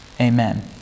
Amen